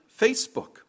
Facebook